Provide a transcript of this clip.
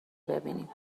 ببینیم